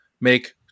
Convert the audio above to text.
make